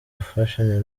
gufashanya